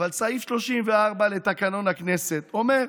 אבל סעיף 34 לתקנון הכנסת אומר: